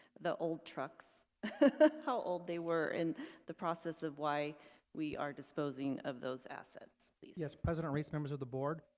the old trucks how old they were in the process of why we are disposing of those assets yes, president reese members of the board.